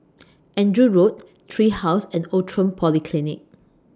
Andrew Road Tree House and Outram Polyclinic